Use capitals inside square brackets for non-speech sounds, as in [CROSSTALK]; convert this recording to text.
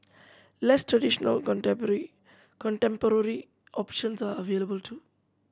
less traditional [UNINTELLIGIBLE] contemporary options are available too